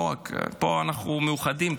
פה אנחנו מאוחדים,